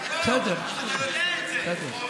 אתה יודע את זה.